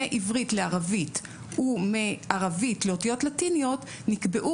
מעברית לערבית ומערבית לאותיות לטיניות נקבעו